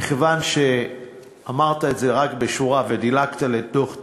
מכיוון שאמרת את זה רק בשורה ודילגת לדוח טאוב,